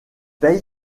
paye